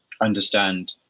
understand